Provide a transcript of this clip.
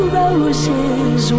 roses